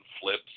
flips